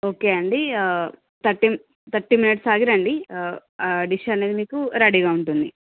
okay అండి thirteen thirty minutes ఆగి రండి డిష్ అనేది మీకు రెడీగా ఉంటుంది